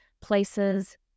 places